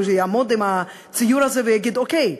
הוא יעמוד עם הציור הזה ויגיד: אוקיי,